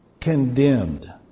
condemned